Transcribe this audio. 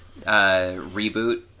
reboot